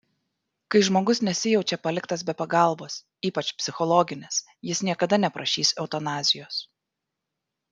kai žmogus nesijaučia paliktas be pagalbos ypač psichologinės jis niekada neprašys eutanazijos